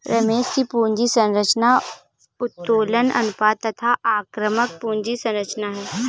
रमेश की पूंजी संरचना उत्तोलन अनुपात तथा आक्रामक पूंजी संरचना है